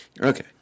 Okay